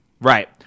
Right